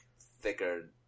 thicker